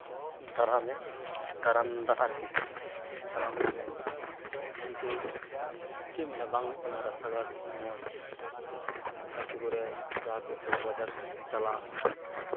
ᱫᱟᱨᱟᱢᱮ ᱫᱟᱨᱟᱢ ᱫᱟᱨᱟᱜᱮ ᱢᱮᱱ ᱮᱫᱟ ᱠᱤᱱᱛᱩ ᱪᱮᱫ ᱮᱢ ᱢᱮᱱᱟ ᱵᱟᱝ ᱦᱩᱭᱩᱜ ᱠᱟᱱᱟ ᱨᱟᱥᱛᱟ ᱜᱷᱟᱴ ᱢᱚᱡᱽ ᱟᱹᱛᱩ ᱠᱚᱨᱮ ᱡᱟᱦᱟᱸ ᱛᱤᱸᱥ ᱥᱚᱦᱚᱨ ᱵᱟᱡᱟᱨ ᱪᱟᱞᱟᱜ